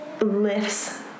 lifts